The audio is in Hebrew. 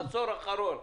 בדברים אחרים.